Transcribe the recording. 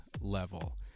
level